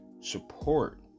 support